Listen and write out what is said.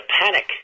panic